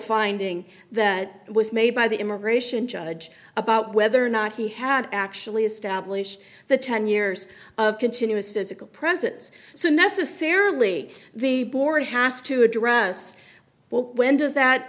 finding that was made by the immigration judge about whether or not he had actually established the ten years of continuous physical presence so necessarily the board has to address well when does that